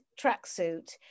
tracksuit